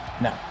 No